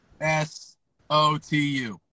S-O-T-U